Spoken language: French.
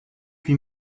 huit